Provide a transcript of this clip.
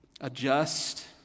adjust